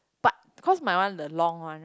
but cause my one the long one right